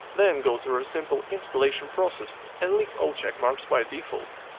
then go through a simple installation process and leave all checkmarks by default.